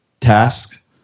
tasks